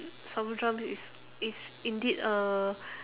salvo drums is is indeed a